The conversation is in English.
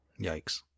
Yikes